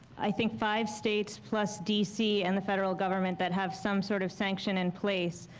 i think five states plus d. c. and the federal government that have some sort of sanction in place.